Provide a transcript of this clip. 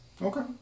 Okay